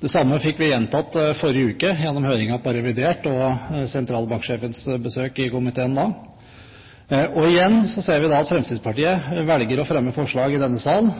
Det samme fikk vi gjentatt i forrige uke gjennom høringen om revidert og sentralbanksjefens besøk i komiteen da. Og igjen ser vi at Fremskrittspartiet velger å fremme forslag i denne sal